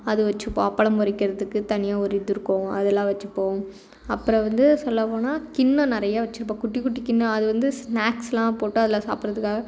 அது வச்சிப்போம் அப்பளம் பொரிக்கிறதுக்கு தனியாக ஒரு இது இருக்கும் அதெல்லாம் வச்சிப்போம் அப்புறம் வந்து சொல்லப் போனால் கிண்ணம் நிறையா வச்சிருப்போம் குட்டி குட்டி கிண்ணம் அது வந்து ஸ்நாக்ஸ்லாம் போட்டு அதெலாம் சாப்புடறத்துக்காக